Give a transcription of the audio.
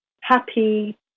happy